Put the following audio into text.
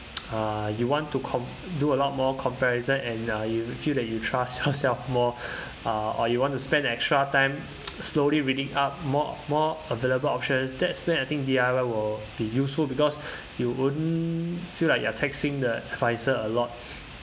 uh you want to com~ do a lot more comparison and uh you feel that you trust yourself more uh or you want to spend extra time slowly reading up more more available options that's where I think D_I_Y will be useful because you won't feel like you're taxing the advisor a lot